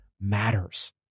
matters